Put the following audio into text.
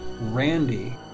Randy